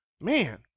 Man